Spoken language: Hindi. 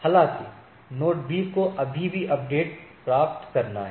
हालाँकि नोड B को अभी भी अपडेट प्राप्त करना है